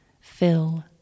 fill